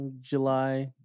July